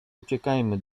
uciekajmy